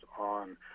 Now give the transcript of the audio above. on